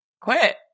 quit